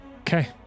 Okay